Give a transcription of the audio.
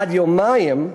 עד יומיים,